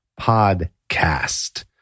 podcast